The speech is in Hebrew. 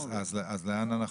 יש כתב אישום, ברור.